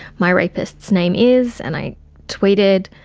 my rapist's name is and i tweeted